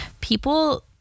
people